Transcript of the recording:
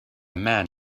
man